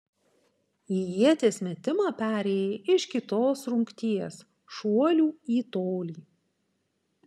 į ieties metimą perėjai iš kitos rungties šuolių į tolį